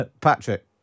Patrick